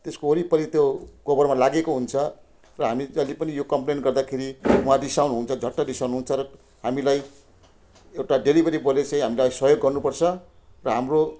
त्यसको वरिपरि त्यो कभरमा लागेको हुन्छ र हामी जहिले पनि यो कम्प्लेन गर्दाखेरि उहाँ रिसाउनुहुन्छ झट्ट रिसाउनुहुन्छ र हामीलाई एउटा डेलिभरी बोयले चाहिँ हामीलाई सहयोग गर्नुपर्छ र हाम्रो